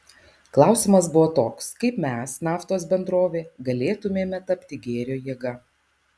klausimas buvo toks kaip mes naftos bendrovė galėtumėme tapti gėrio jėga